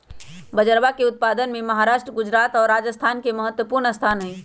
बजरवा के उत्पादन में महाराष्ट्र गुजरात और राजस्थान के महत्वपूर्ण स्थान हई